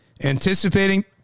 anticipating